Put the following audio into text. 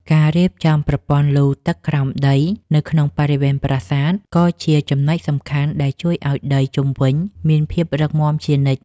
ការរៀបចំប្រព័ន្ធលូទឹកក្រោមដីនៅក្នុងបរិវេណប្រាសាទក៏ជាចំណុចសំខាន់ដែលជួយឱ្យដីជុំវិញមានភាពរឹងមាំជានិច្ច។